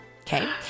Okay